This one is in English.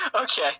Okay